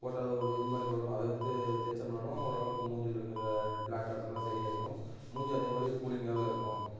போட்டாவே ஒரு இது மாதிரி வரும் அதை எடுத்து தேய்ச்சம்னாலும் ஓரளவுக்கு மூஞ்சியில் இருக்கிற ப்ளாக் டாட்ஸ் எல்லாம் சரி ஆகிரும் மூஞ்சியும் அதே மாதிரி கூலிங்காகவே இருக்கும்